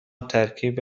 ترکیبی